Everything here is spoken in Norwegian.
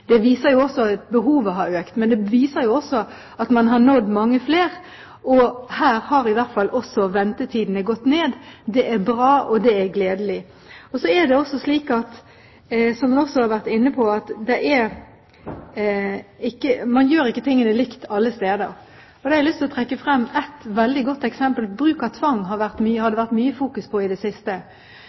Det viser at behovet har økt, men det viser også at man har nådd mange flere. Og her har i hvert fall også ventetidene gått ned. Det er bra, og det er gledelig. Så er det også slik, som man har vært inne på, at man ikke gjør tingene likt alle steder. Og da har jeg lyst til å trekke frem et veldig godt eksempel. Bruk av tvang har vært mye i fokus i det siste.